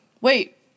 Wait